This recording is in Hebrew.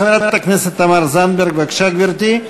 חברת הכנסת תמר זנדברג, בבקשה, גברתי,